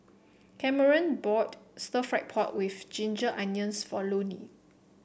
Cameron bought stir fry pork with Ginger Onions for Loni